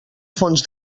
fons